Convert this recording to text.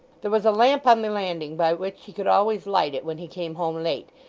there was a lamp on the landing by which he could always light it when he came home late,